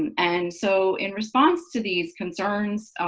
and so in response to these concerns